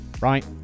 Right